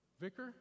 Vicar